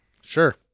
Sure